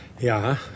Ja